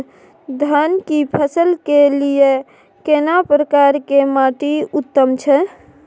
धान की फसल के लिये केना प्रकार के माटी उत्तम छै?